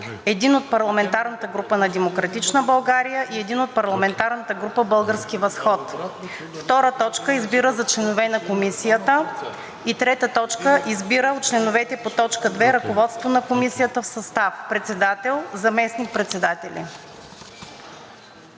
1 от парламентарната група на „Демократична България“ и 1 от парламентарната група „Български възход“. 2. Избира за членове на Комисията: … 3. Избира от членовете по т. 2 ръководство на Комисията в състав: Председател: … Заместник-председатели: